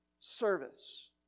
service